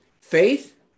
faith